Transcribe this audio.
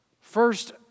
First